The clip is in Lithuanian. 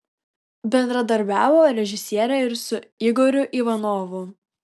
bendradarbiavo režisierė ir su igoriu ivanovu